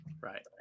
right